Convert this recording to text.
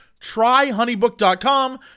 tryhoneybook.com